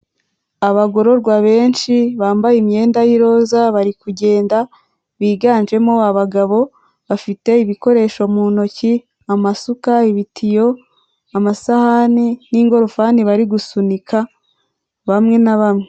Abagororwa benshi bambaye imyenda y'iroza bari kugenda biganjemo abagabo, bafite ibikoresho mu ntoki :amasuka, ibitiyo ,amasahani n'ingorofani bari gusunika bamwe na bamwe.